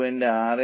4 x 0